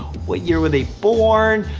what year were they born?